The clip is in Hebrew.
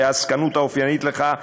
בעסקנות האופיינית לך,